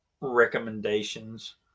recommendations